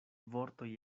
vortoj